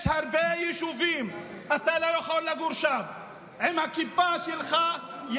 יש הרבה יישובים שאתה לא יכול לגור בהם עם הכיפה שלך.